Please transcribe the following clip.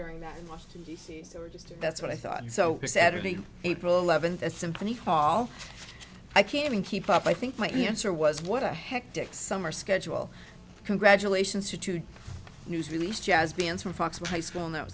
doing that in washington d c or just that's what i thought so saturday april eleventh a symphony hall i can't even keep up i think my answer was what a hectic summer schedule congratulations to today's news release jazz bands from fox with high school now